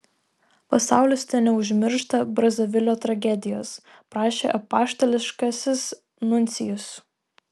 pasaulis teneužmiršta brazavilio tragedijos prašė apaštališkasis nuncijus